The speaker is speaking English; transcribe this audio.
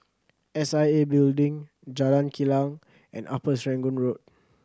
S I A Building Jalan Kilang and Upper Serangoon Road